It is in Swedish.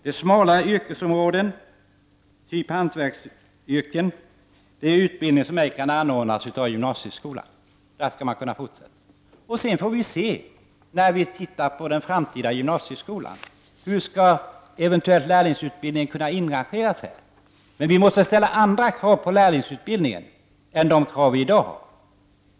Det är smala yrkesområden, som t.ex. hantverksyrken, och det är utbildningar som ej kan anordnas av gymnasieskolan. När vi sedan tittar på den framtida gymnasieskolan får vi se hur eventuellt en lärlingsutbildning kan inrangeras. Men vi måste ställa andra krav på lärlingsutbildningen än de krav vi i dag har.